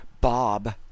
bob